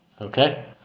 Okay